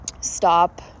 stop